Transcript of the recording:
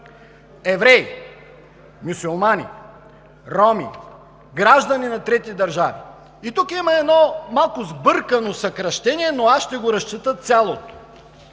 „Евреи, мюсюлмани, роми, граждани на трети държави“. И тук има едно малко сбъркано съкращение, но аз ще го разчета цялото: